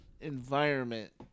environment